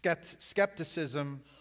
skepticism